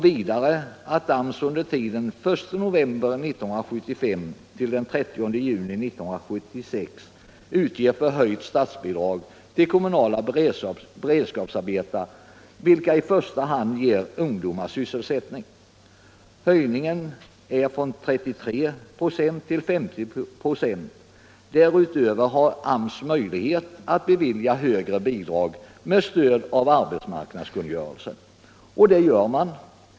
Vidare får AMS under tiden den 1 november 1975-den 30 juni 1976 utge förhöjt statsbidrag till kommunala beredskapsarbeten vilka i första hand ger ungdomar sysselsättning. Bidraget höjs från 33 96 till 50 96. Därutöver har AMS möjlighet att bevilja högre bidrag med stöd av marknadskungörelsen, och det gör man.